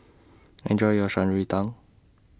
Enjoy your Shan Rui Tang